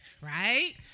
right